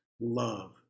love